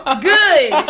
Good